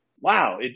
Wow